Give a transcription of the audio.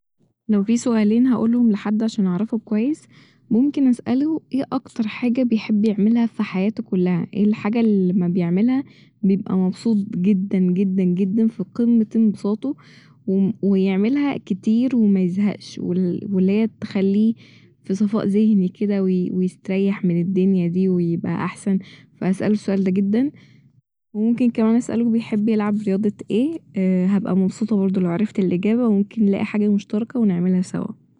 لو في سؤالين هقولهم لحد عشان اعرفه كويس ممكن أساله ايه أكتر حاجة بيحب يعملها ف حياته كلها ، ايه الحاجة اللي لما بيعملها بيبقى مبسوط جدا جدا جدا ف قمة انبساطه و م- ويعملها كتير وميزهقش وال- الل هي تخليه ف صفاء ذهني كده ويستريح من الدنيا دي ويبقى احسن ف هسأله السؤال ده جدا ، وممكن كمان أساله بيحب يلعب رياضة ايه هبقى مبسوطة برضه لو عرفت الاجابة وممكن نلاقي حاجة مشتركة و نعملها سوا